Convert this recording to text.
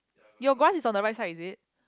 your grass is on the right side is it